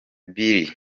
billy